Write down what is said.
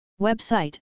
Website